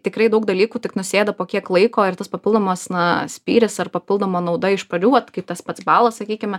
tikrai daug dalykų tik nusėda po kiek laiko ir tas papildomas na spyris ar papildoma nauda iš pradžių vat kaip tas pats balas sakykime